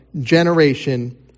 generation